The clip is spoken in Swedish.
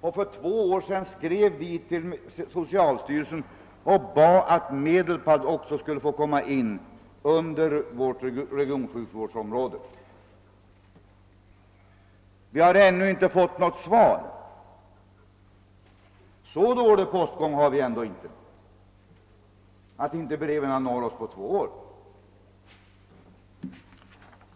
och för två år sedan skrev vi till socialstyrelsen och bad att Medelpad också skulle få komma in under vårt sjukvårdsområde. Vi har ännu inte fått något svar. Så dålig postgång har vi ändå inte att inte breven når oss på två år.